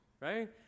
right